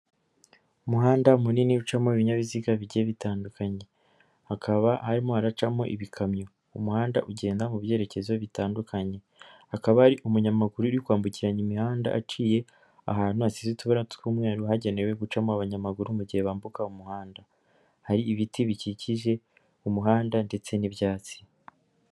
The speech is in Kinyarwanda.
Imuhanda munini ucamo ibinyabiziga bigiye bitandukanye hakaba harimo haracamo ibikamyo umuhanda ugenda mu byerekezo bitandukanye, hakaba hari umunyamaguru uri kwambukiranya imihanda aciye ahantu hasize utubara tw'umweru hagenewe gucamo abanyamaguru mu gihe bambuka umuhanda hari ibiti bikikije umuhanda ndetse n'ibyatsi.